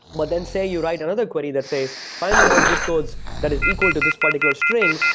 but then say you write another query that says, find me all zip codes that is equal to this particular string.